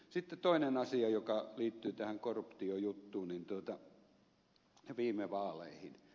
sitten toinen asia joka liittyy tähän korruptiojuttuun viime vaaleihin